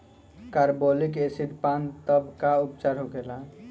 Carbolic acid पान तब का उपचार होखेला?